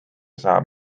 saab